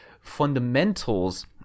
fundamentals